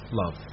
love